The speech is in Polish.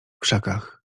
krzakach